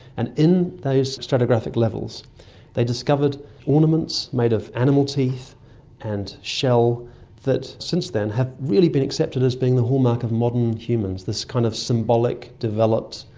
and in those stratigraphic levels they discovered ornaments made of animal teeth and shell that since then have really been accepted as the hallmark of modern humans, this kind of symbolic, developed,